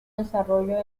desarrollo